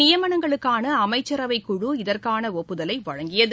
நியமனங்களுக்கான அமைச்சரவைக்குழு இதற்கான ஒப்புதலை வழங்கியது